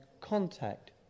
contact